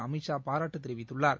அமித் ஷா பாராட்டு தெரிவித்துள்ளார்